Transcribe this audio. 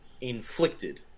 inflicted